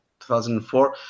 2004